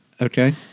okay